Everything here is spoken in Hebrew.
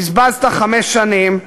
בזבזת חמש שנים.